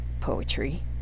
poetry